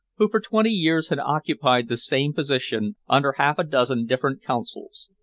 who for twenty years had occupied the same position under half a dozen different consuls.